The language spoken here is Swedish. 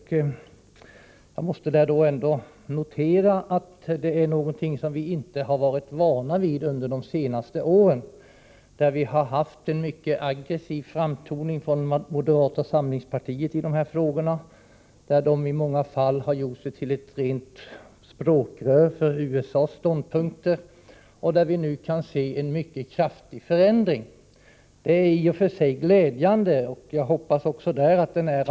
Med tanke på hur det varit under de senaste åren måste jag konstatera att det är någonting som vi inte är vana vid. Från moderata samlingspartiets sida har man ju visat en mycket aggressiv framtoning i dessa frågor. I många fall har man rent av varit ett språkrör för USA:s ståndpunkter. Men nu kan vi se en mycket stor förändring i det avseendet, och det är i och för sig glädjande. Jag hoppas att moderaternas uttalanden kommer från hjärtat.